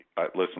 listen